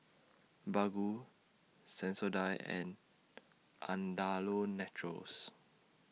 Baggu Sensodyne and Andalou Naturals